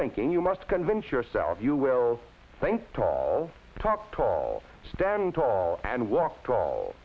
thinking you must convince yourself you will think tall talk tall stand tall and walk tall